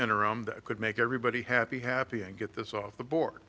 interim that could make everybody happy happy and get this off the board